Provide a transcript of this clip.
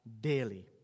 daily